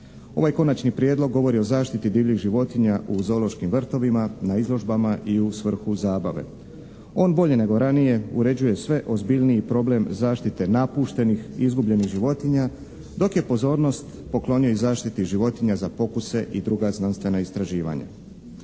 Ovaj konačni prijedlog govori o zaštiti divljih životinja u zoološkim vrtovima, na izložbama i u svrhu zabave. On bolje nego ranije uređuje sve ozbiljniji problem zaštite napuštenih izgubljenih životinja dok je pozornost poklonio i zaštiti životinja za pokuse i druga znanstvena istraživanja.